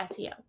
SEO